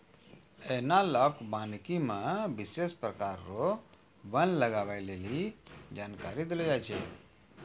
एनालाँक वानिकी मे विशेष प्रकार रो वन लगबै लेली जानकारी देलो जाय छै